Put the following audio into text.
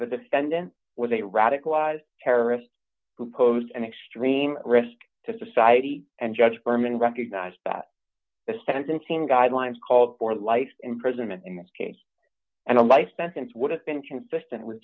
the defendant was a radicalized terrorist who posed an extreme risk to society and judge berman recognized that the sentencing guidelines called for life imprisonment in this case and a life sentence would have been consistent with